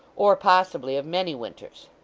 or possibly of many winters.